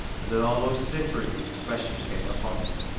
and an almost simpering expression came upon it,